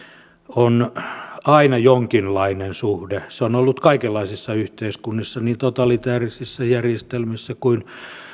on aina jonkinlainen suhde se on ollut kaikenlaisissa yhteiskunnissa niin totalitaarisissa järjestelmissä kuin